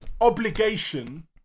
obligation